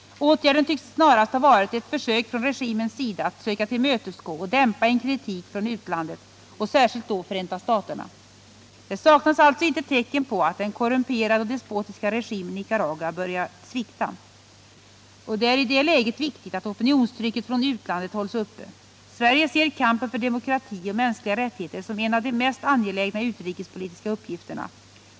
Åtgärden tycks snarast ha varit ett försök från regimens sida att söka tillmötesgå och dämpa en kritik från utlandet och särskilt då Förenta staterna. Det saknas alltså inte tecken på att den korrumperade och despotiska regimen i Nicaragua börjar svikta. Det är i det läget viktigt att opinionstrycket från utlandet hålls uppe. Sverige ser kampen för demokrati och mänskliga rättigheter som en av de mest angelägna utrikespolitiska uppgifterna.